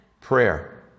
prayer